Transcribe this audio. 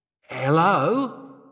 Hello